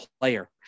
player